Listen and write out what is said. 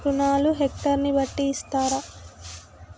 రుణాలు హెక్టర్ ని బట్టి ఇస్తారా?